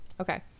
Okay